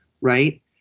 Right